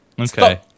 Okay